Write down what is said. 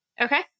Okay